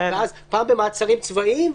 ואז פעם במעצרים צבאיים,